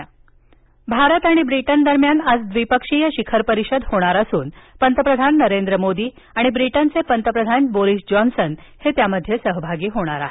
Bharat Britain Bharat आणि Britain दरम्यान आज द्विपक्षीय शिखर परिषद होणार असून पंतप्रधान नरेंद्र मोदी आणि ब्रिटनचे पंतप्रधान बोरीस जॉन्सन हे त्यामध्ये सहभागी होणार आहेत